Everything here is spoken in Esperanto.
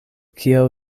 kio